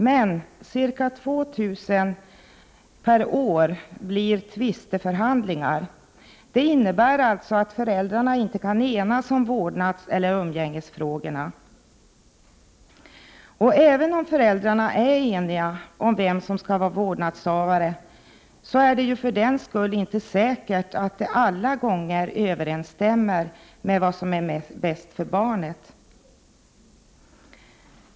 Men ca 2 000 vårdnadsfrågor per år leder till tvisteförhandlingar. Det innebär att föräldrarna inte kan enas om vårdnadseller umgängesfrågorna. Även om föräldrarna är eniga om vem som skall vara vårdnadshavare är det för den skull inte säkert att det alla gånger överensstämmer med vad som är bäst för barnet.